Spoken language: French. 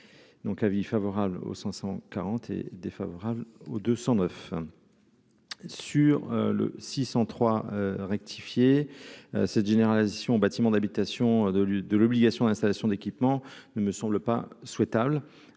avis favorable aux 540 et défavorable aux 209 sur le 603 rectifier cette génération bâtiments d'habitation de de l'obligation d'installation d'équipements ne me semble pas souhaitable